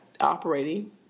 operating